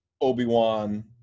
Obi-Wan